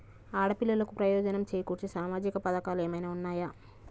ఆడపిల్లలకు ప్రయోజనం చేకూర్చే సామాజిక పథకాలు ఏమైనా ఉన్నయా?